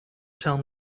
tell